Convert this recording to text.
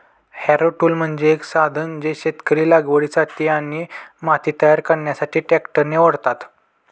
Harrow tool म्हणजे एक साधन जे शेतकरी लागवडीसाठी आणि माती तयार करण्यासाठी ट्रॅक्टरने ओढतात